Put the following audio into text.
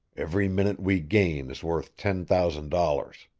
every minute we gain is worth ten thousand dollars.